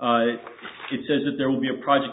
it says that there will be a project